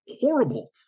horrible